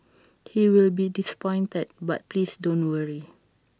he will be disappointed but please don't worry